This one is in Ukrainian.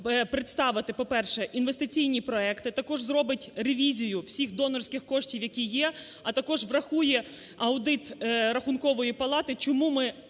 представити, по-перше, інвестиційні проекти, також зробить ревізію всіх донорських коштів, які є, а також врахує аудит Рахункової палати, чому ми